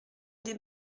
des